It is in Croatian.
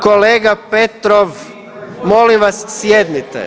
Kolega Petrov molim vas sjednite.